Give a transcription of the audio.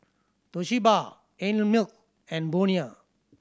Toshiba Einmilk and Bonia